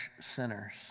sinners